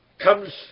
comes